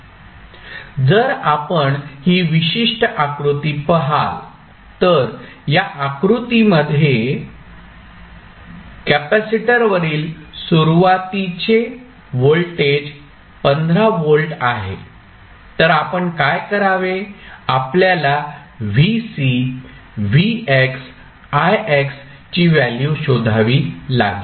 जर आपण ही विशिष्ट आकृती पहाल तर या आकृती मध्ये कॅपेसिटर वरील सुरुवातीचे व्होल्टेज 15 व्होल्ट आहे तर आपण काय करावे आपल्याला vc vx ix ची व्हॅल्यू शोधावी लागेल